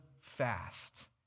fast